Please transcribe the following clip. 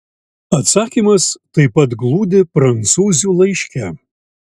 atsakymas taip pat glūdi prancūzių laiške